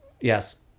Yes